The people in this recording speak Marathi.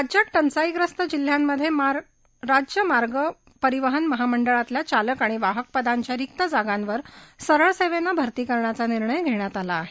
राज्यात टंचाईग्रस्त जिल्ह्यांमध्ये राज्य मार्ग परिवहन मंडळातल्या चालक आणि वाहक पदांच्या रिक्त जागांवर सरळसेवेने भरती करण्याचा निर्णय घेण्यात आला आहे